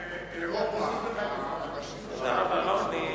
אתה שכחת שישה ראשי אירופה, הראשים,